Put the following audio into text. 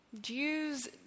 Jews